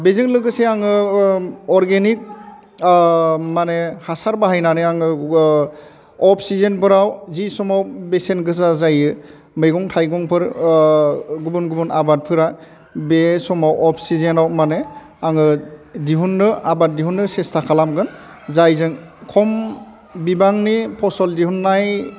बेजों लोगोसे आङो अरगेनिक माने हासार बाहायनानै आङो अफ सिजेनफोराव जि समाव बेसेन गोसा जायो मैगं थाइगंफोर गुबुन गुबुन आबादफोरा बे समआव अफ सिजेनआव माने आङो दिहुननो आबाद दिहुननो सेस्था खालामगोन जायजों खम बिबांनि फसल दिहुननाय